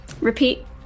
Repeat